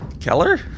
Keller